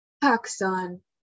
Pakistan